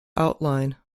outline